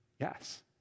Yes